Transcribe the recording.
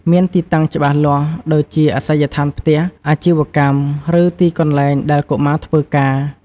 មានទីតាំងច្បាស់លាស់ ដូចជាអាសយដ្ឋានផ្ទះ អាជីវកម្ម ឬទីកន្លែងដែលកុមារធ្វើការ។